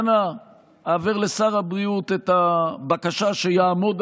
העייפות והכאבים בגב ובראש השתלטו